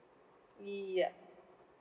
yup